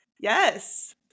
Yes